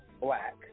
black